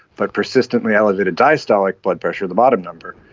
but persistently elevated diastolic blood pressure, the bottom number,